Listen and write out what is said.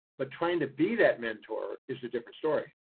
but trying to be that mentor is a different story.